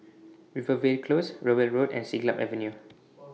Rivervale Close Rowell Road and Siglap Avenue